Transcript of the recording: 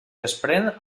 desprèn